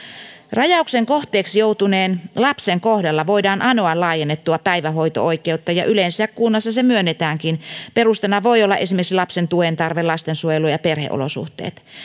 rajauksen kohteeksi joutuneen lapsen kohdalla voidaan anoa laajennettua päivähoito oikeutta ja yleensä kunnassa se myönnetäänkin perusteena voi olla esimerkiksi lapsen tuentarve lastensuojelu ja perheolosuhteet